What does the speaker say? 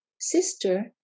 sister